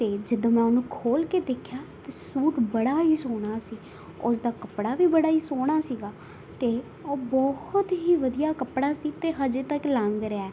ਅਤੇ ਜਦੋਂ ਮੈਂ ਉਹ ਨੂੰ ਖੋਲ੍ਹ ਕੇ ਦੇਖਿਆ ਤਾਂ ਸੂਟ ਬੜਾ ਹੀ ਸੋਹਣਾ ਸੀ ਉਸ ਦਾ ਕੱਪੜਾ ਵੀ ਬੜਾ ਹੀ ਸੋਹਣਾ ਸੀਗਾ ਅਤੇ ਉਹ ਬਹੁਤ ਹੀ ਵਧੀਆ ਕੱਪੜਾ ਸੀ ਅਤੇ ਹਜੇ ਤੱਕ ਲੰਘ ਰਿਹਾ ਹੈ